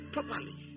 properly